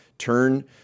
Turn